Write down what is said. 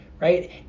right